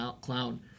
clown